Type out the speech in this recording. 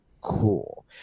cool